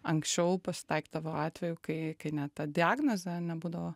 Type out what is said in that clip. anksčiau pasitaikydavo atvejų kai kai net diagnozė nebūdavo